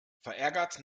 verärgert